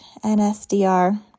NSDR